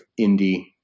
indie